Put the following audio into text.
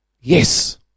Yes